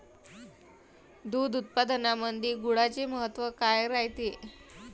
दूध उत्पादनामंदी गुळाचे महत्व काय रायते?